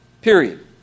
Period